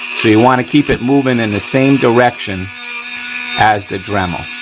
so, you wanna keep it moving in the same direction as the dremel.